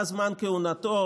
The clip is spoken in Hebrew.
מה זמן כהונתו.